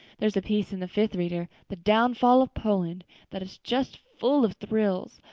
there is a piece in the fifth reader the downfall of poland' that is just full of thrills.